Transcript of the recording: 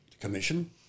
commission